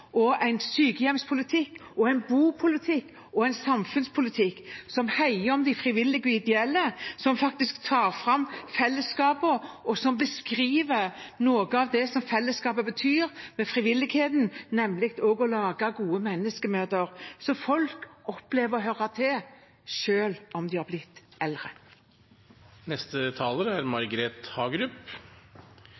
en sykehjemspolitikk, en bopolitikk og en samfunnspolitikk som hegner om de frivillige og de ideelle, som tar fram fellesskapene, og som beskriver noe av det som fellesskapet betyr, med frivilligheten, nemlig å lage gode menneskemøter sånn at folk opplever å høre til, selv om de er blitt